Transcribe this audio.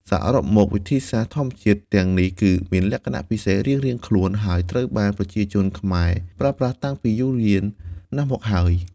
សរុបមក វិធីសាស្ត្រធម្មជាតិទាំងនេះគឺមានលក្ខណៈពិសេសរៀងៗខ្លួន ហើយត្រូវបានប្រជាជនខ្មែរប្រើប្រាស់តាំងពីយូរយារណាស់មកហើយ។